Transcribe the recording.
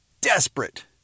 desperate